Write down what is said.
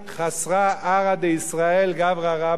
חסרה ארעא דישראל גברא רבה,